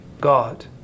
God